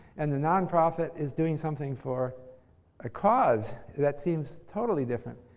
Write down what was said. and the nonprofit is doing something for a cause. that seems totally different.